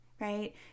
right